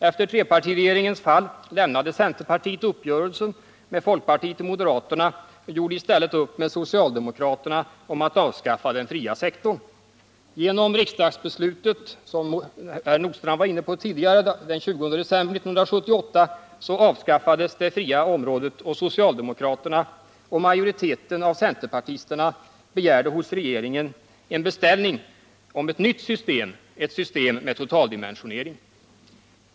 Efter trepartiregeringens fall lämnade centerpartiet uppgörelsen med folkpartiet och moderaterna, och man gjorde i stället upp med socialdemokraterna om att avskaffa den fria sektorn. Genom riksdagsbeslutet den 20 december 1978, som herr Nordstrandh här var inne på, avskaffades det fria området, och socialdemokraterna och majoriteten av centerpartisterna beställde hos regeringen förslag om ett nytt system, ett system med totaldimensionering.